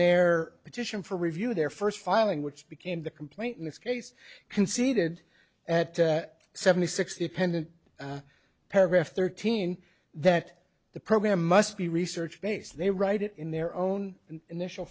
their petition for review their first filing which became the complaint in this case conceded at seventy six dependent on paragraph thirteen that the program must be research based they write it in their own initial